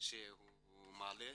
שהוא מעלה.